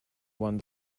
one